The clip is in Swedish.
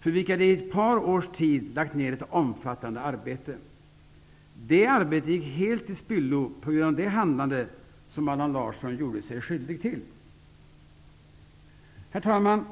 för vilka de i ett par års tid lagt ner ett omfattande arbete. Det arbetet gick helt till spillo, på grund av det handlande som Allan Larsson gjorde sig skyldig till. Herr talman!